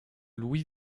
louis